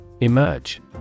Emerge